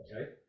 Okay